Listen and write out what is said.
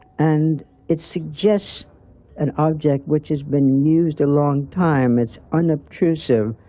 and it suggests an object which has been used a long time. it's unobtrusive.